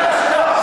בבקשה.